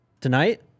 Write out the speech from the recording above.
tonight